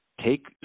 take